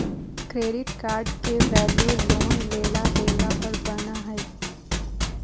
credit card के value loan लेला देला पर बना हइ